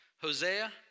Hosea